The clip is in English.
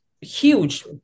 huge